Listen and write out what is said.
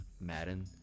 Madden